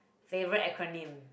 favourite acronym